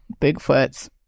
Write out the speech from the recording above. Bigfoots